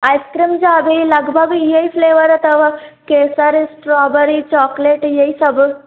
ice cream जा बि लॻभॻि हीअं ई फ़्लेवर अथव केसर स्ट्रोबरी चॉकलेट इअई सभ